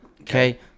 okay